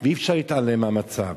ואי-אפשר להתעלם מהמצב.